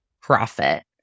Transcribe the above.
profit